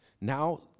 now